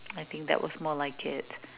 I think that was more like it